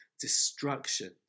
destruction